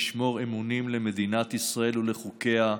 לשמור אמונים למדינת ישראל ולחוקיה,